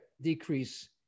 decrease